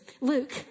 Luke